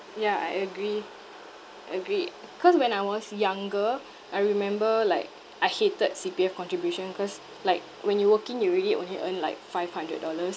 ya I agree agree cause when I was younger I remember like I hated C_P_F contribution cause like when you working you already only earn like five hundred dollars